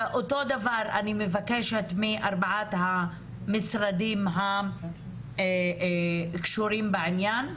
אותו דבר אני מבקשת מהמשרדים הקשורים בעניין,